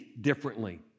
differently